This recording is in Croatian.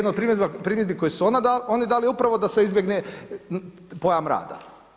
Negdje … primjedbi koje su oni dali upravo da se izbjegne pojam rada.